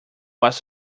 was